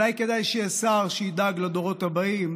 אולי כדאי שיהיה שידאג לדורות הבאים,